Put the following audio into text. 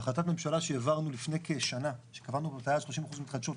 בהחלטת ממשלה שהעברנו לפני כשנה כשקבענו על 30% מתחדשות,